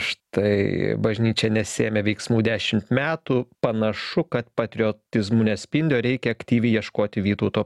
štai bažnyčia nesiėmė veiksmų dešimt metų panašu kad patriotizmu nespindi o reikia aktyviai ieškoti vytauto